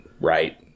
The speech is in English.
right